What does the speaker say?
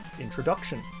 Introduction